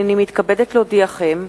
הנני מתכבדת להודיעכם,